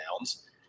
downs